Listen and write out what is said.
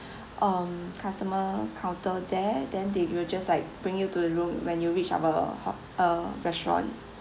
um customer counter there then they will just like bring you to room when you reach our hot~ uh restaurant